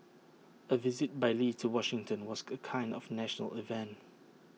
A visit by lee to Washington was A kind of national event